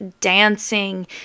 dancing